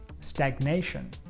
stagnation